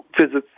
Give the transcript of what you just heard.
visits